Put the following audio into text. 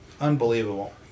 unbelievable